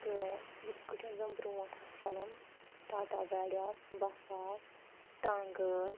تہٕ یِتھ کٲٹھۍ زَن برٛونٛٹھ آس چَلان ٹاٹا گاڑِ آسہٕ بسہٕ آسہٕ ٹانٛگہٕ ٲسۍ